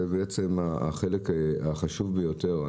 זה החלק החשוב ביותר.